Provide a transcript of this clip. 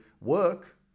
work